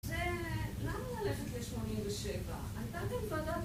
זה... למה ללכת לשמונה ושבע? היתה גם ועדת